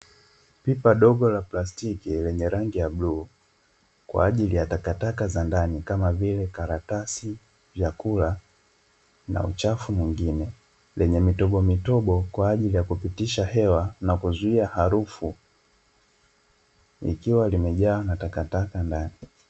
Pipa dogo la plastiki lenye rangi la bluu kwa ajili ya takataka za ndani kama vile karatasi, vyakula na uchafu mwingine yenye mitobomitobo kwa ajili ya kupitisha hewa na kuzuia harufu likiwa limejaa matakataka ndani.